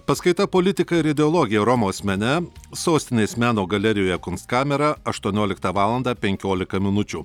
paskaita politika ir ideologija romos mene sostinės meno galerijoje kunstkamera aštuonioliktą valandą penkiolika minučių